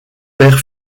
père